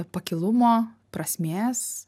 pakilumo prasmės